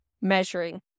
measuring